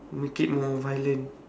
make it more violent